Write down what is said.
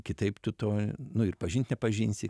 kitaip tu to nu ir pažint nepažinsi